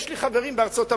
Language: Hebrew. יש לי חברים בארצות-הברית,